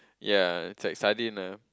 yea it's like sardines lah